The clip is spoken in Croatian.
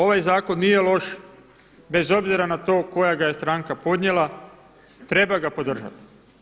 Ovaj zakon nije loš bez obzira na to koja ga je stranka podnijela, treba ga podržati.